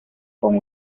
con